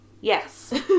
Yes